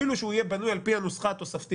אפילו שהוא יהיה בנוי על פי הנוסחה התוספתית,